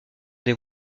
des